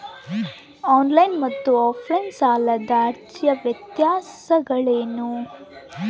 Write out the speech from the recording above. On line ಮತ್ತು offline ಸಾಲದ ಅರ್ಜಿಯ ವ್ಯತ್ಯಾಸಗಳೇನು?